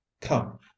Come